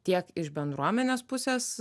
tiek iš bendruomenės pusės